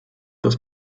dass